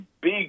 big